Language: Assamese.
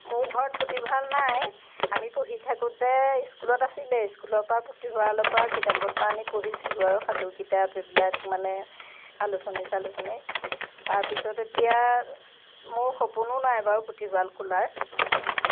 মোৰ ঘৰত পুথিভঁৰাল নাই আমি পঢ়ি থাকোঁতে স্কুলত আছিলে স্কুলৰ পৰা পুথিভঁৰালৰ পৰা কিতাপ পত্ৰ আনি পঢ়িছিলোঁ আৰু সাধু কিতাপ এইবিলাক মানে আলোচনী চালোচনী তাৰপিছত এতিয়া মোৰ সপোনো নাই বাৰু পুথিভঁৰাল খোলাৰ